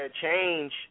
change